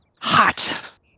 hot